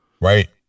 Right